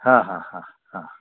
हां हां हां हां